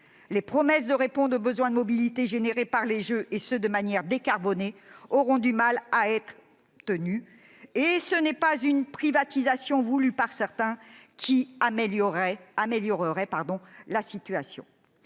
Les promesses de réponse aux besoins de mobilité générés par les Jeux au moyen de solutions décarbonées peineront à être tenues, et ce n'est pas la privatisation voulue par certains qui améliorerait la situation